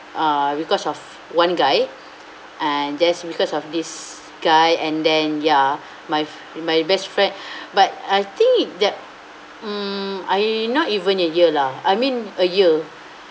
uh because of one guy and that's because of this guy and then ya my my best friend but I think the mm I not even a year lah I mean a year